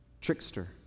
trickster